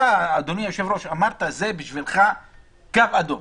אתה, אדוני היושב-ראש, אמרת: זה בשבילך קו אדום.